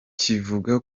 kivuga